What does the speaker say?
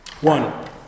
One